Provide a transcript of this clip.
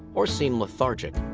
or seem lethargic.